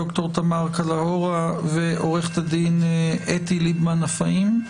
דוקטור תמר קלהורה ועורכת הדין אתי ליבמן עפאים.